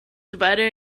divided